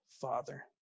Father